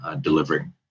delivering